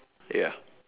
ya